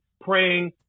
praying